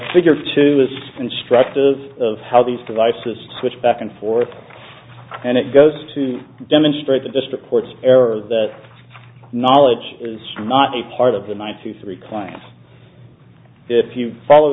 figure two is instructive of how these devices switch back and forth and it goes to demonstrate the district court's error that knowledge is not a part of the night to three clients if you follow